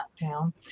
down